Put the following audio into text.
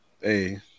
Hey